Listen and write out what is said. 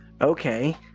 okay